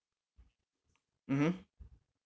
mmhmm